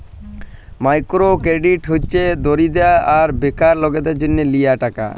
micro credit হছে দরিদ্য আর বেকার লকদের জ্যনহ লিয়া টাকা